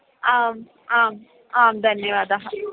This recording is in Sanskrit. आम् आम् आं धन्यवादः